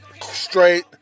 straight